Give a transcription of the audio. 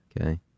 Okay